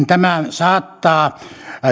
tämä saattaa